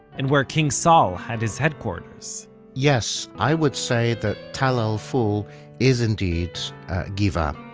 and where king saul had his headquarters yes, i would say that tell el-ful is indeed gibeah,